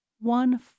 one